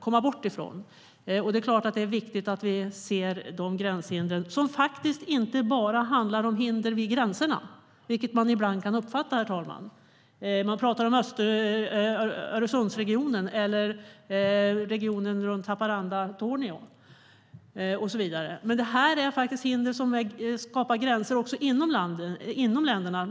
Det är såklart viktigt att vi ser gränshinder som inte bara handlar om hinder vid gränserna, vilket man ibland kan uppfatta det som när man talar om Öresundsregionen eller regionen runt Haparanda och Torneå och så vidare. Men det här handlar om hinder som skapar gränser också inom länderna.